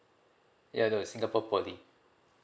ya the singapore poly